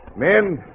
men